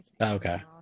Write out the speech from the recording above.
Okay